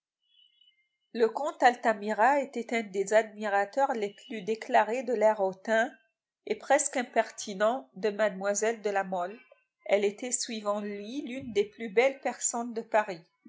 le comte altamira était un des admirateurs les plus déclarés de l'air hautain et presque impertinent de mlle de la mole elle était suivant lui l'une des plus belles personnes de paris